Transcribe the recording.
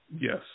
Yes